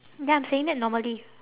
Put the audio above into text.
ya I'm saying that normally